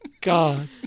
God